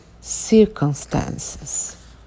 circumstances